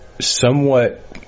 somewhat